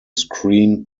screen